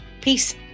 Peace